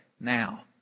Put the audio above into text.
now